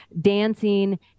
dancing